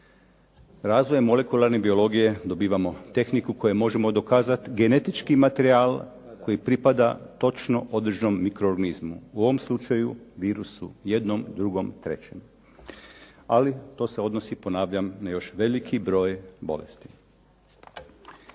Razvojem molekularne biologije dobivamo tehniku kojom možemo dokazati genetički materijal koji pripada točno određenom mikroorganizmu. U ovom slučaju virusu jednom, drugom, trećem. Ali to se odnosi, ponavljam, na još veliki broj bolesti.